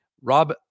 Rob